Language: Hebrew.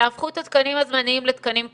תהפכו את התקנים הזמניים לתקנים קבועים.